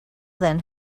then